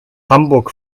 hamburg